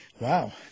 wow